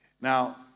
Now